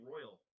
Royal